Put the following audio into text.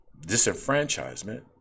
disenfranchisement